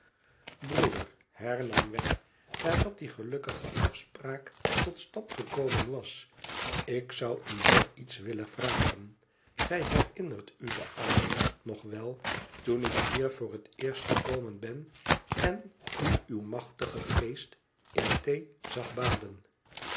broeder hernam wegg nadat die gelukkige afspraak tot stand gekomen was ik zou u wel iets willen vragen gij herinnert u den avond nog wel toen ik hier voor het eerst gekomen ben en u uw machtigen geest in thee zag baden